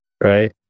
right